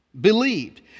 believed